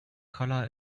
colour